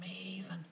amazing